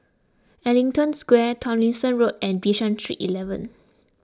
Ellington Square Tomlinson Road and Bishan Street eleven